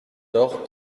tort